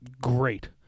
great